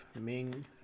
Ming